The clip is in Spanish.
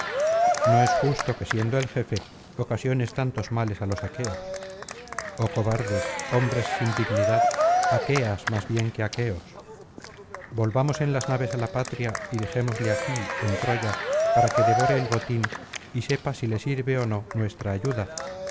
no es justo que siendo el jefe ocasiones tantos males á los aqueos oh cobardes hombres sin dignidad aqueas más bien que aqueos volvamos en las naves á la patria y dejémosle aquí en troya para que devore el botín y sepa si le sirve ó no nuestra ayuda